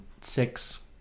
six